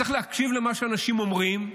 צריך להקשיב למה שאנשים אומרים,